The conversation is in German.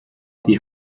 die